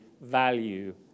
value